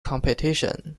competition